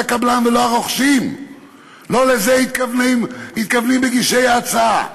הקבלן ולא הרוכשים"; לא לזה מתכוונים מגישי ההצעה.